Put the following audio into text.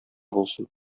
булсын